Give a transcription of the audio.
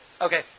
okay